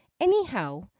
anyhow